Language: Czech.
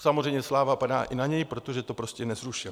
Samozřejmě sláva padá i na něj, protože to prostě nezrušil.